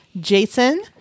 jason